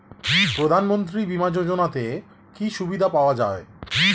প্রধানমন্ত্রী বিমা যোজনাতে কি কি সুবিধা পাওয়া যায়?